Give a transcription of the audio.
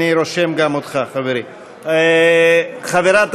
אני רושם גם אותך, חברי.